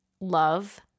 love